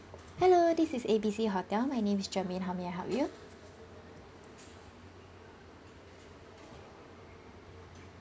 hello this is A B C hotel my name is jermaine how may I help you